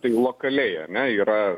taigi lokaliai ar ne yra